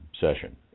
session